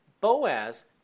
Boaz